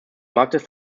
marktes